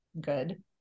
good